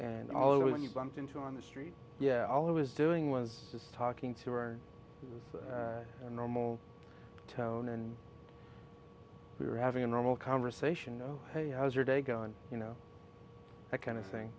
and all over when you bump into on the street yeah all i was doing was just talking to her normal tone and we were having a normal conversation oh hey how's your day going you know that kind of thing